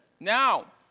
Now